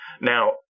Now